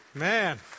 Man